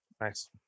Nice